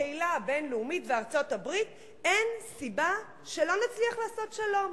הקהילה הבין-לאומית וארצות-הברית אין סיבה שלא נצליח לעשות שלום.